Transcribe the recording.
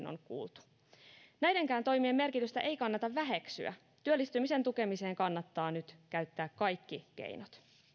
on kuultu näidenkään toimien merkitystä ei kannata väheksyä työllistymisen tukemiseen kannattaa nyt käyttää kaikki keinot